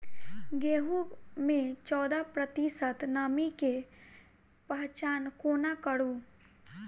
गेंहूँ मे चौदह प्रतिशत नमी केँ पहचान कोना करू?